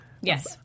Yes